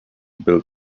build